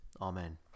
Amen